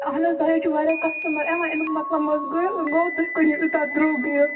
اَہن حظ تۄہہِ حظ چھُو وارِیاہ کسٹمر یِوان اَمیُک مطلب مہٕ حظ گوٚو گوٚو تُہۍ کٕنِو یوٗتاہ درٛوٚگ یہِ